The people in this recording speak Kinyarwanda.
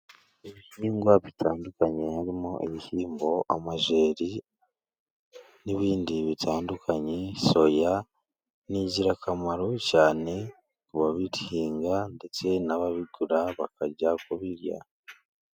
Ibihingwa bitandukanye harimo ibishyimbo, amajeri, n'ibindi bitandukanye, soya ningirakamaro cyane, ku babihinga ndetse n'ababigura bakajya birya.